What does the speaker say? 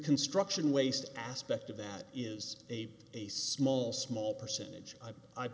construction waste aspect of that is a a small small percentage